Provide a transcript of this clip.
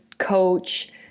coach